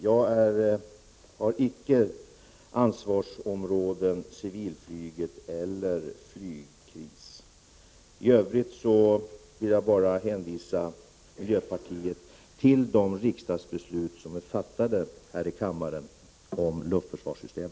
Jag har icke ansvar för vare sig civilflyget eller flygkriser. I övrigt vill jag hänvisa miljöpartiet till de riksdagsbeslut om luftförsvarssystemet som har fattats här i kammaren.